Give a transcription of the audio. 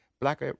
black